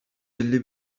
elli